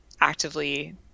actively